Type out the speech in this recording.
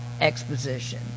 exposition